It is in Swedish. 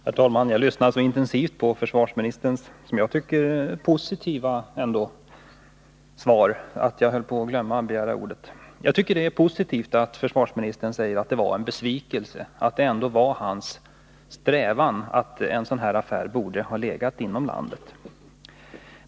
Herr talman! Jag lyssnade så intensivt på försvarsministerns som jag tycker positiva inlägg att jag höll på att glömma att begära ordet. Det är positivt att försvarsministern säger att den här affären var en besvikelse för honom och att hans strävan var att lägga beställningen inom landet.